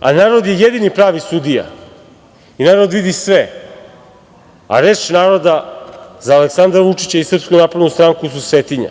A narod je jedini pravi sudija i narod vidi sve, a reč naroda za Aleksandra Vučića i SNS su svetinja.